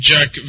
Jack